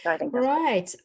Right